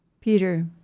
Peter